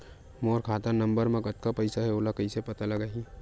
मोर खाता नंबर मा कतका पईसा हे ओला कइसे पता लगी?